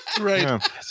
right